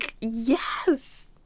yes